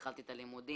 כעת התחלתי את הלימודים.